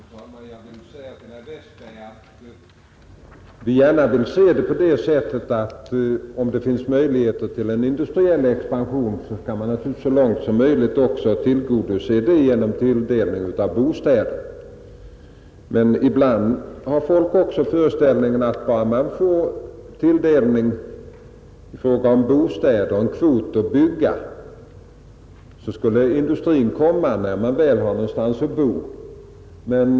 Fru talman! Får jag säga till herr Westberg att vi gärna vill se det så, att om det finns möjlighet till en industriell expansion så bör man naturligtvis också så långt möjligt tillgodose denna genom tilldelning av bostäder. Men ibland har folk föreställningen att bara man får en kvot att bygga bostäder kommer industrin också när man har någonstans att bo.